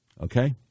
Okay